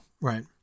right